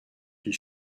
die